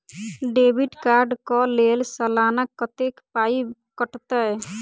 Debit card कऽ लेल सलाना कत्तेक पाई कटतै?